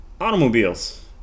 automobiles